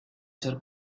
ser